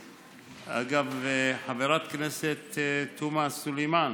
אגב, חברת הכנסת תומא סלימאן,